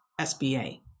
SBA